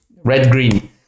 red-green